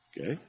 Okay